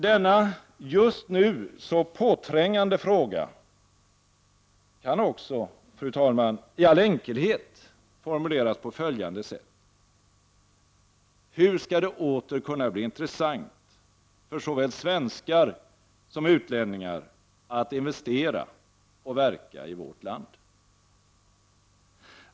Denna just nu så påträngande fråga kan också, fru talman, i all enkelhet formuleras på följande sätt: Hur skall det åter kunna bli intressant för såväl svenskar som utlänningar att investera och verka i vårt land?